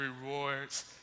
rewards